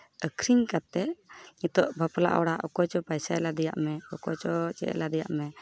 ᱟᱹᱠᱷᱨᱤᱧ ᱠᱟᱛᱮᱫ ᱱᱤᱛᱳᱜ ᱵᱟᱯᱞᱟ ᱚᱲᱟᱜ ᱚᱠᱚᱭ ᱪᱚ ᱯᱟᱭᱥᱟᱭ ᱞᱟᱫᱮᱭᱟᱜ ᱢᱮ ᱚᱠᱚᱭ ᱪᱚ ᱪᱮᱫᱼᱮ ᱞᱟᱫᱮᱭᱟᱜ ᱢᱮ